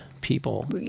people